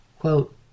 Quote